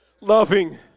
Loving